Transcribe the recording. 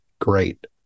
great